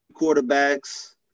quarterbacks